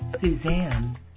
Suzanne